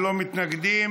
ללא מתנגדים וללא נמנעים,